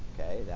Okay